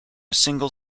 single